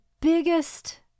biggest